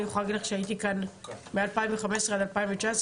אני יכולה להגיד לך שהייתי כאן מ- 2015 עד 2019,